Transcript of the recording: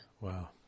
Wow